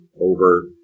over